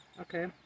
Okay